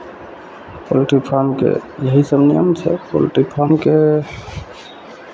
poultry फार्मके यही सभ नियम छै पोल्ट्री फार्मके